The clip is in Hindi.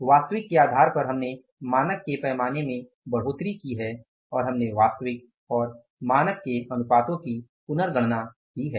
वास्तविक के आधार पर हमने मानक के पैमाने में बढ़ोतरी की है और हमने वास्तविक और मानक के अनुपातों की पुनर्गणना की है